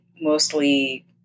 mostly